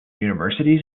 universities